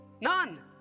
None